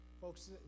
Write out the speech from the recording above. Folks